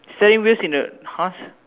saying this in a house